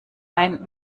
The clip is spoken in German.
ein